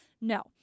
No